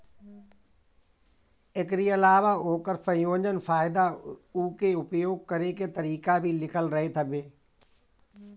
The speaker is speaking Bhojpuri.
एकरी अलावा ओकर संयोजन, फायदा उके उपयोग करे के तरीका भी लिखल रहत हवे